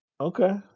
Okay